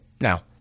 Now